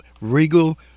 Regal